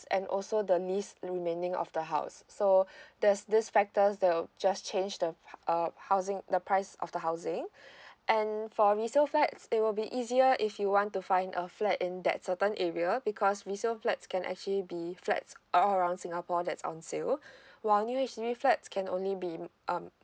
and also the lease remaining of the house so there's these factors that would just change the uh housing the price of the housing and for resale flats it will be easier if you want to find a flat in that certain area because resale flats can actually be flats all around singapore that's on sale while new H_D_B flats can only be um